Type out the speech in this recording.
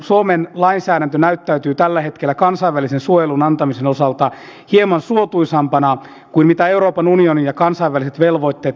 suomen lainsäädäntö näyttäytyy tällä hetkellä kansainvälisen suojelun antamisen osalta hieman suotuisampana kuin mitä euroopan unionin ja kansainväliset velvoitteet edellyttäisivät